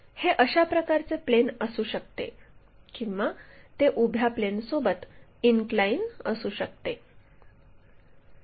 हे अशा प्रकारचे प्लेन असू शकते किंवा ते उभ्या प्लेनसोबत इनक्लाइन असू शकते